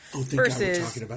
versus